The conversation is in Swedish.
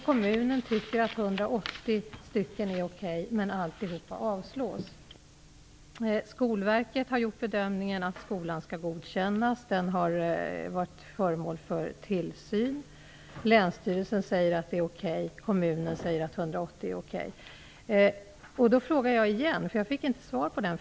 Kommunen tycker att 180 platser är okej, men alltihop avslås. Skolverket har gjort bedömningen att skolan skall godkännas. Den har varit föremål för tillsyn. Från länsstyrelsen säger man att detta är okej, och från kommunen säger man att 180 platser är okej. Jag vill ställa en fråga igen, eftersom jag inte fick något svar på den.